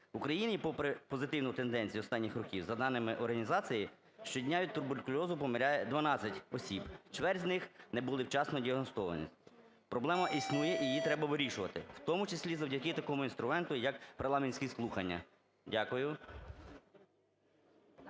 Україні попри позитивну тенденцію останніх років за даними організації щодня від туберкульозу помирає 12 осіб. Чверть з них не були вчасно діагностовані. Проблема існує і її треба вирішувати, в тому числі завдяки такому інструменту, як парламентські слухання. Дякую.